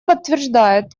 подтверждает